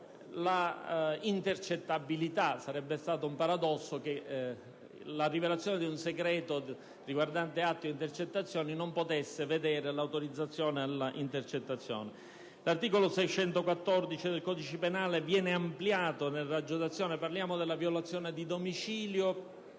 L'articolo 614 del codice penale viene ampliato nel raggio di azione. Parliamo della cosiddetta violazione di domicilio,